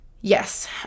yes